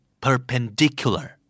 Perpendicular